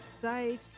site